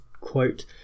quote